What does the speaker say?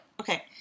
Okay